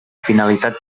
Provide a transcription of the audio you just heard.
finalitats